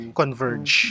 converge